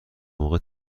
موقع